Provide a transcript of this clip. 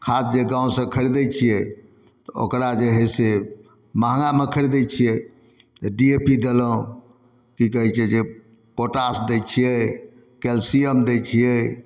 खाद जेकाँ ओसब खरी दै छियै तऽ ओकरा जे है से महङ्गामे खरदै छियै बी ओ पी देलहुँ कि कहय छै जे पोटाश दै छियै कैल्शियम दै छियै